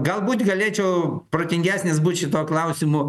galbūt galėčiau protingesnis būt šituo klausimu